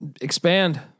expand